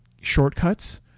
shortcuts